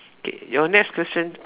okay your next question